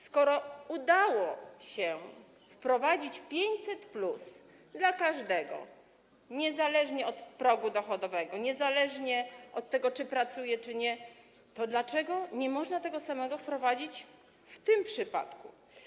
Skoro udało się wprowadzić 500+ dla każdego niezależnie od progu dochodowego, niezależnie od tego, czy pracuje, czy nie, to dlaczego nie można tego samego wprowadzić w tym przypadku?